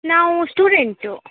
ನಾವು ಸ್ಟೂಡೆಂಟು